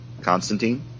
Constantine